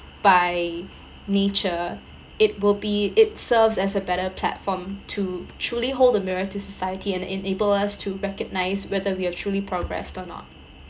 by nature it will be it serves as a better platform to truly hold the mirror of society and enable us to recognize whether we have truly progress or not